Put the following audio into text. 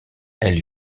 elle